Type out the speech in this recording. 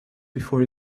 before